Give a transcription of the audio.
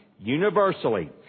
universally